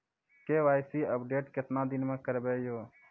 KYC update केतना दिन मे करेबे यो?